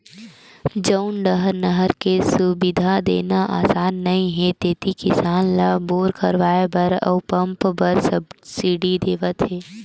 जउन डाहर नहर के सुबिधा देना असान नइ हे तेती किसान ल बोर करवाए बर अउ पंप बर सब्सिडी देवत हे